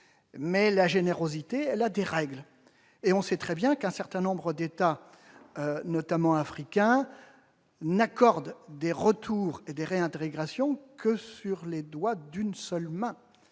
Mais la générosité a des règles. Nous savons très bien qu'un certain nombre d'États, notamment africains, n'accordent des retours et des réintégrations que sur les doigts d'une seule main.